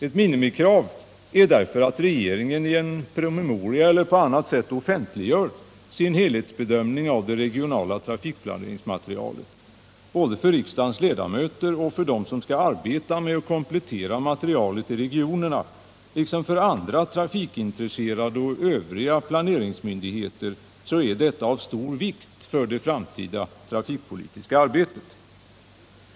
Ett minimikrav är därför att regeringen i en promemoria eller på annat sätt offentliggör sin helhetsbedömning av det regionala trafikplaneringsmaterialet. Både för riksdagens ledamöter och för dem som skall arbeta med att komplettera materialet i regionerna, liksom för andra trafikintresserade och övriga planeringsmyndigheter, är detta av stor vikt för det framtida trafikpolitiska arbetet.